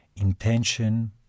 intention